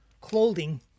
clothing